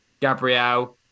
Gabriel